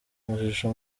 mashusho